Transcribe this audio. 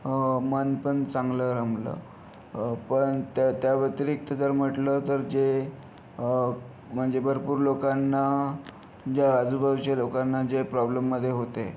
मन पण चांगलं रमलं पण त्या त्या व्यतिरिक्त जर म्हटलं तर जे म्हणजे भरपूर लोकांना ज्या आजूबाजूच्या लोकांना जे प्रॉब्लेममध्ये होते